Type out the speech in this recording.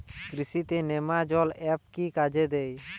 কৃষি তে নেমাজল এফ কি কাজে দেয়?